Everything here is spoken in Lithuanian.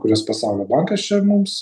kurias pasaulio bankas čia mums